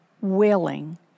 willing